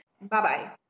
Bye-bye